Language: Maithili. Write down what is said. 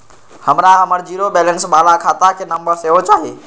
हमरा हमर जीरो बैलेंस बाला खाता के नम्बर सेहो चाही